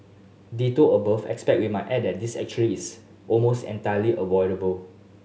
ditto above except we might add that this actually is almost entirely avoidable